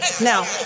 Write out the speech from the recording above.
Now